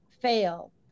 fail